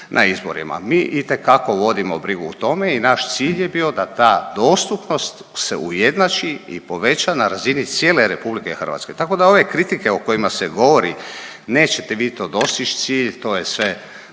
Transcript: Mi itekako vodimo brigu o tome i naš cilj je bio da ta dostupnost se ujednači i poveća na razini cijele RH. Tako da ove kritike o kojima se govori nećete vi to dostić cilj, to je sve